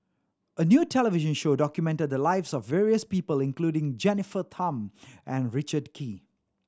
a new television show documented the lives of various people including Jennifer Tham and Richard Kee